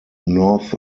north